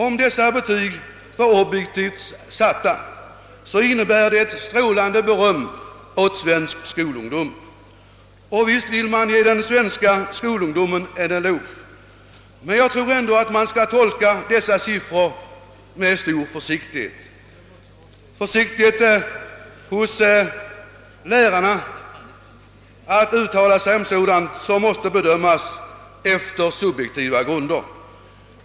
Om dessa betyg var objektivt satta innebär det ett strålande beröm åt svensk skolungdom. Och visst vill man ge den svenska skolungdomen en eloge. Men jag tror ändå att man skall tolka dessa siffror som en stor försiktighet hos lärarna att uttala sig om sådant som måste bedömas efter subjektiva grunder.